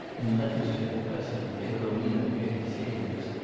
in letters to her cousin, theodolina peterzelius,